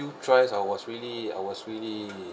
tries I was really I was really